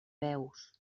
veus